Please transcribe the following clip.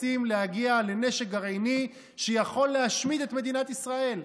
מנסים להגיע לנשק גרעיני שיכול להשמיד את מדינת ישראל.